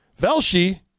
Velshi